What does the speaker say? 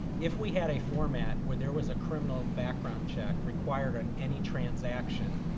if we had a format, where there was a criminal background check required on any transaction,